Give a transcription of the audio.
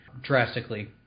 drastically